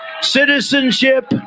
citizenship